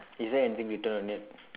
is there anything written on it